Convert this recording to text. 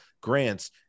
grants